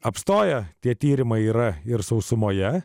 apstojo tie tyrimą yra ir sausumoje